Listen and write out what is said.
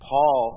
Paul